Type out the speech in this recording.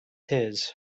his